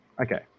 okay